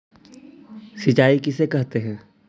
सिंचाई किसे कहते हैं?